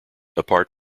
apart